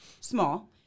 small